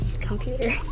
computer